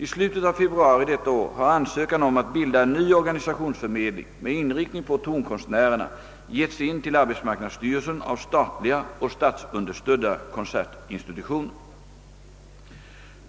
I slutet av februari detta år har ansökan om att bilda en ny organisationsförmedling med inriktning på tonkonstnärerna getts in till arbetsmarknadsstyrelsen av statliga och statsunderstödda konsertinstitutioner.